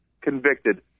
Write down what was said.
convicted